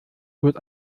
gut